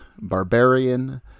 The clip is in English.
Barbarian